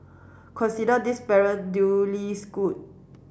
consider this parent duly schooled